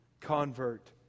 convert